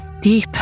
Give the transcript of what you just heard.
Deep